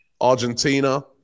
Argentina